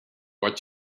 what